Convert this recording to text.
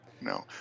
No